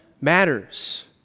matters